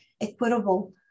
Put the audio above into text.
equitable